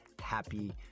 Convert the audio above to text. happy